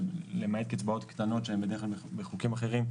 למעט קצבאות קטנות שהן בדרך כלל בחוקים אחרים,